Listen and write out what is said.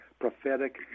prophetic